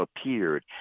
appeared